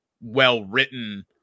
well-written